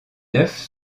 neuf